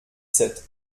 sept